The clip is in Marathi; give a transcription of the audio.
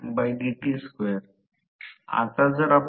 तर r2 s आता काहे शक्ती ओलांडते जे a b आहे